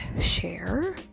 share